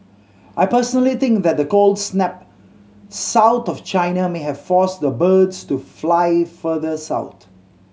I personally think that the cold snap south of China may have forced the birds to fly further sought